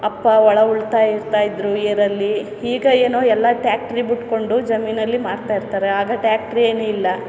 ಅಪ್ಪ ಹೊಳ ಉಳ್ತಾ ಇರ್ತಾಯಿದ್ರು ಏದಲ್ಲಿ ಈಗ ಏನೋ ಎಲ್ಲ ಟ್ಯಾಕ್ಟ್ರಿ ಬಿಟ್ಕೊಂಡು ಜಮೀನಲ್ಲಿ ಮಾಡ್ತಾಯಿರ್ತಾರೆ ಆಗ ಟ್ಯಾಕ್ಟ್ರಿ ಏನು ಇಲ್ಲ